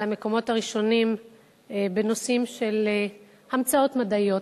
המקומות הראשונים בנושאים של המצאות מדעיות,